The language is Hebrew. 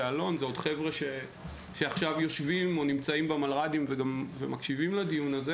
אלון ועוד חבר'ה שנמצאים במלר"דים ומקשיבים לדיון הזה